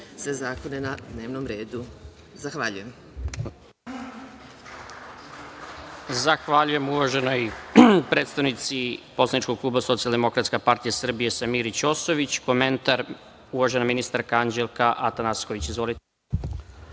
sve zakone na dnevnom redu. Zahvaljujem.